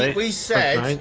and we said